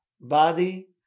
body